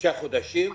לשלושה חודשים?